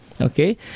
Okay